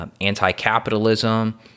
anti-capitalism